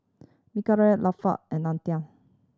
Mikhail Latif and Nadia